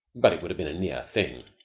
but it would have been a near thing.